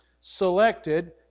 selected